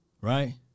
right